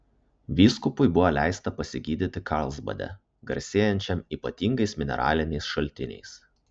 vyskupui buvo leista pasigydyti karlsbade garsėjančiam ypatingais mineraliniais šaltiniais